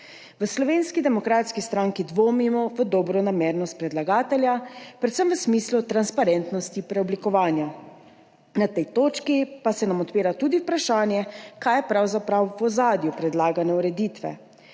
V Slovenski demokratski stranki dvomimo v dobronamernost predlagatelja, predvsem v smislu transparentnosti preoblikovanja. Na tej točki pa se nam odpira tudi vprašanje, kaj je pravzaprav v ozadju predlagane ureditve.